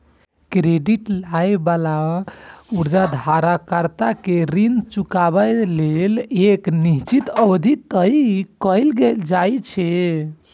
credit लए बला उधारकर्ता कें ऋण चुकाबै लेल एक निश्चित अवधि तय कैल जाइ छै